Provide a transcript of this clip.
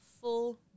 full